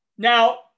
Now